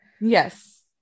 Yes